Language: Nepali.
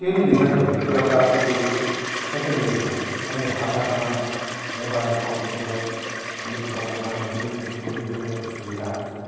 टेलिभिजन भन्ने कुरा त अब त्यो सेकेन्डेरी भयो अहिले हात हातमा मोबाइल कम्प्युटर अहिलेको वर्तमानमा जुन किसिमको इन्टरनेटको सुविधाहरू छ